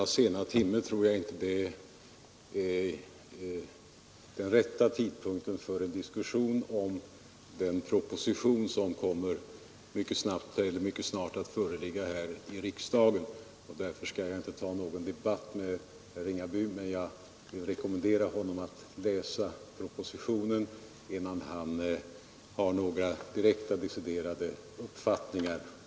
Fru talman! Denna sena timme tror jag inte är den rätta tidpunkten för en diskussion av en proposition som mycket snart kommer att föreligga i riksdagen. Därför skall jag inte ta upp någon debatt med herr Ringaby. Jag rekommenderar honom att läsa propositionen innan han tar någon mer deciderad ståndpunkt i aken.